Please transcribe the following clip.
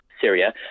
Syria